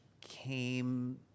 came